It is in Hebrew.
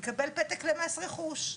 הוא יקבל פתק למס רכוש.